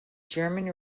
german